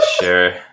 sure